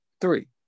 three